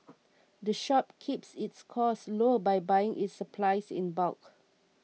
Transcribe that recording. the shop keeps its costs low by buying its supplies in bulk